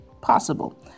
Possible